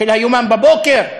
של היומן בבוקר?